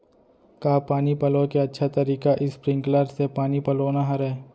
का पानी पलोय के अच्छा तरीका स्प्रिंगकलर से पानी पलोना हरय?